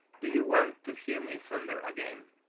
do you want to hear me thunder again?